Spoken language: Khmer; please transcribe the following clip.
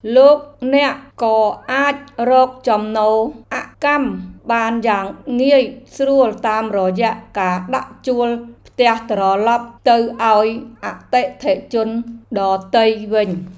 លោកអ្នកក៏អាចរកចំណូលអកម្មបានយ៉ាងងាយស្រួលតាមរយៈការដាក់ជួលផ្ទះត្រឡប់ទៅឱ្យអតិថិជនដទៃវិញ។